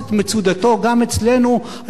אנחנו רואים בו מושיע וגואל.